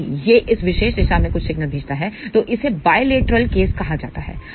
यदि यह इस विशेष दिशा में कुछ सिग्नल भेजता है तो इसे बायलेटरल केस कहां जाता है